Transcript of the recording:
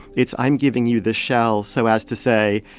it's i'm giving you this shell so as to say,